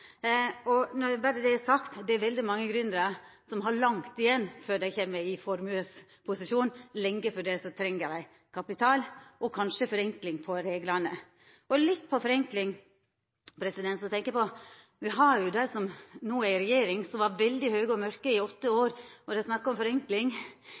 Berre så det er sagt: Det er veldig mange gründerar som har langt igjen før dei kjem i formuesposisjon. Lenge før det treng dei kapital og kanskje forenkling av reglane. Når det gjeld forenkling: Dei som no er i regjering, var veldig høge og mørke i åtte